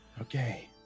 Okay